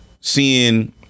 seeing